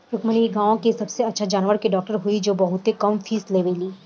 रुक्मिणी इ गाँव के सबसे अच्छा जानवर के डॉक्टर हई जे बहुत कम फीस लेवेली